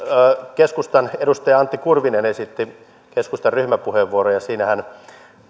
keskustan edustaja antti kurvinen esitti keskustan ryhmäpuheenvuoron ja siinä hän